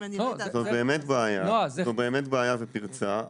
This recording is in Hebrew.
זו באמת בעיה ופרצה,